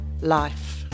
life